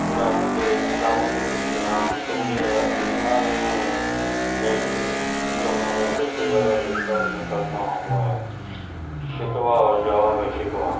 میں ان کے کتابوں کے کچھ نام تو مجھے یاد نہیں آ رہے ہیں لیکن جو میں سب سے زیادہ جو کتاب میں پڑھتا ہوں وہ ہے شکوہ اور جواب شکوہ